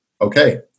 okay